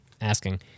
asking